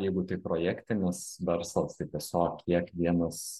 jeigu tai projektinis verslas tai tiesiog kiek vienas